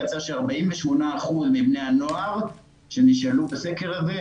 יצא ש-48% מבני הנוער שנשאלו בסקר הזה,